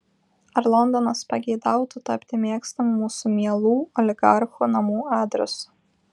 ar londonas pageidautų tapti mėgstamu mūsų mielų oligarchų namų adresu